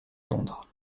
londres